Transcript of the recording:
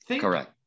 Correct